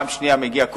ופעם שנייה זה מגיע,